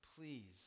Please